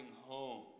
home